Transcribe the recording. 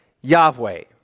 Yahweh